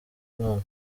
inkunga